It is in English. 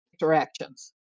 interactions